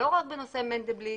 לא רק בנושא מנדלבליט,